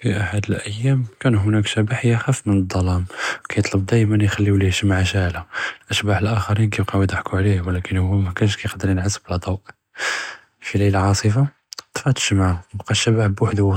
פי אחד אלאיאם כאן הנאכ שבח' יכּאף מן א־לדלמא, כיתלב דאימא יכּליו ליה שמעא שאעלא, אלאשבח' אלאכרין כיבקאוי יטחקו עליה ולאכן הוא מא כאש יקד̣ר ינעס בלא דוא, פי לילא עספא טפאת א־לשמעא, בקא א־שבח' וחדו